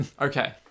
Okay